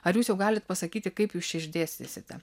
ar jūs jau galit pasakyti kaip jūs čia išdėstysite